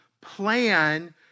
plan